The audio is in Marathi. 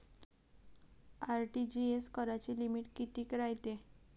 आर.टी.जी.एस कराची लिमिट कितीक रायते?